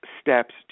Steps